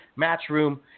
Matchroom